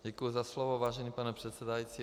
Děkuji za slovo, vážený pane předsedající.